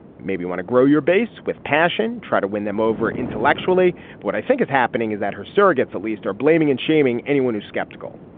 maybe want to grow your base with passion try to win them over intellectually what i think is happening is that her surrogates at least are blaming and shaming anyone who's skeptical.